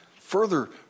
further